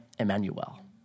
Emmanuel